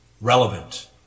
relevant